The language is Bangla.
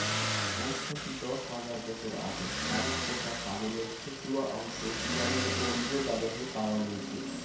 আইজ থাকি দশ হাজার বছর আগত বাড়িত পোষা ছাগলের শেশুয়া অংশ ইরানের গঞ্জ দারেহে পাওয়া গেইচে